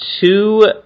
two